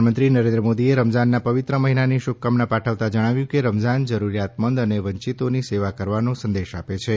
પ્રધાનમંત્રી નરેન્દ્ર મોદીએ રમઝાનનાં પવિત્ર મહિનાની શુભકામનાં પાઠવતાં જણાવ્યું કે રમઝાન જરૂરીયાતમંદ અને વંચિતોની સેવા કરવાનો સંદેશ આપે છે